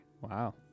Wow